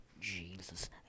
Jesus